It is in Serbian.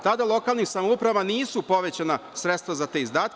Tada lokalnim samoupravama nisu povećana sredstva za te izdatke.